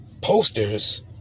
posters